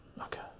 Okay